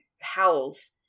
howls